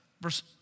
Verse